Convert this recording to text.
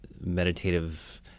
meditative